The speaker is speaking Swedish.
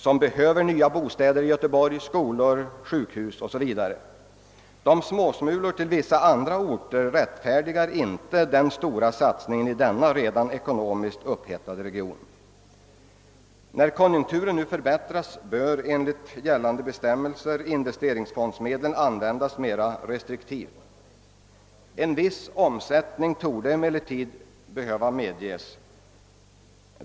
De behöver bostäder i Göteborg, det måste beredas plats för deras barn i skolor, de kommer att ta upp platser på sjukhusen etc. Småsmulorna till andra orter rättfärdigar inte den stora satsningen i denna ekonomiskt redan upphettade region. När konjunkturerna nu förbättras bör enligt gällande bestämmelser investeringsfondsmedlen användas mer restriktivt. En viss omsättning torde emellertid behöva medges.